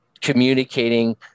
communicating